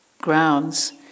grounds